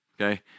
okay